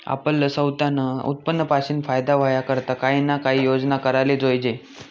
आपलं सवतानं उत्पन्न पाशीन फायदा व्हवा करता काही ना काही योजना कराले जोयजे